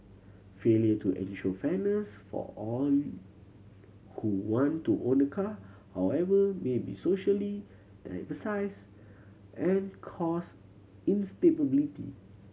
failure to ensure fairness for all who want to own a car however may be socially and cause instability